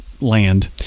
land